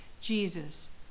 Jesus